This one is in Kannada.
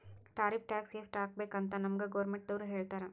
ಟಾರಿಫ್ ಟ್ಯಾಕ್ಸ್ ಎಸ್ಟ್ ಹಾಕಬೇಕ್ ಅಂತ್ ನಮ್ಗ್ ಗೌರ್ಮೆಂಟದವ್ರು ಹೇಳ್ತರ್